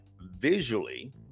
visually